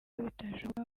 bitashoboka